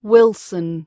Wilson